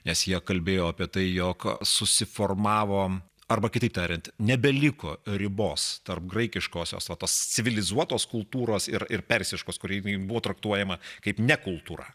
nes jie kalbėjo apie tai jog susiformavo arba kitaip tariant nebeliko ribos tarp graikiškosios va tos civilizuotos kultūros ir ir persiškos kuri buvo traktuojama kaip ne kultūra